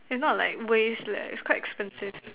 if not like waste leh it's quite expensive